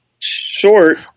short